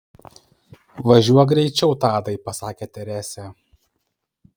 važiuok greičiau tadai pasakė teresė